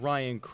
Ryan